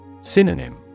Synonym